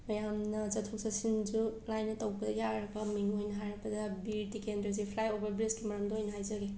ꯃꯌꯥꯝꯅ ꯆꯠꯊꯣꯛ ꯆꯠꯁꯤꯟꯁꯨ ꯂꯥꯏꯅ ꯇꯧꯕꯗ ꯌꯥꯔꯕ ꯃꯤꯡ ꯑꯣꯏꯅ ꯍꯥꯏꯔꯕꯗ ꯕꯤꯔ ꯇꯤꯀꯦꯟꯗ꯭ꯔꯖꯤꯠ ꯐ꯭ꯂꯥꯏ ꯑꯣꯚꯔ ꯕ꯭ꯔꯤꯖꯀꯤ ꯃꯔꯝꯗ ꯑꯣꯏꯅ ꯍꯥꯏꯖꯒꯦ